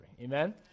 Amen